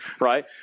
right